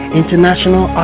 international